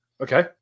Okay